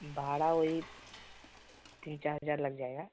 भाड़ा वही तीन चार हज़ार लग जाएगा